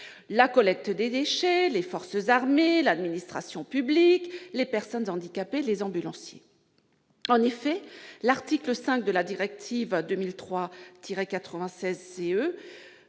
la collecte des déchets, les forces armées, l'administration publique, les personnes handicapées et les ambulanciers. En effet, l'article 5 de la « directive 2003/96/CE